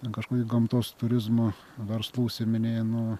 ten kažkokį gamtos turizmo verslu užsiiminėja nu